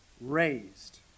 raised